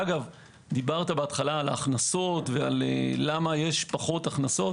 אגב, דיברת בהתחלה למה יש פחות הכנסות.